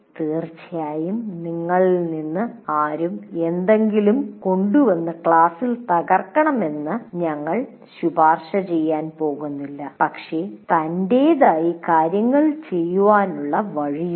തീർച്ചയായും നിങ്ങളിൽ നിന്ന് ആരും എന്തെങ്കിലും കൊണ്ടുവന്ന് ക്ലാസ്സിൽ തകർക്കണമെന്ന് ഞങ്ങൾ ശുപാർശ ചെയ്യാൻ പോകുന്നില്ല പക്ഷേ ത൯്റെതായി കാര്യങ്ങൾ ചെയ്യാനുള്ള വഴിയുണ്ട്